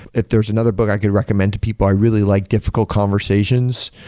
if there's another book i can recommend to people, i really like difficult conversations.